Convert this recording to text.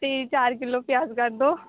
ਅਤੇ ਚਾਰ ਕਿੱਲੋ ਪਿਆਜ਼ ਕਰ ਦਿਓ